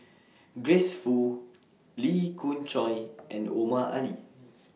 Grace Fu Lee Khoon Choy and Omar Ali